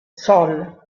sol